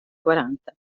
quaranta